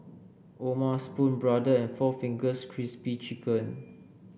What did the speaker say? O'ma Spoon Brother and four Fingers Crispy Chicken